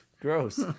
Gross